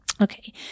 Okay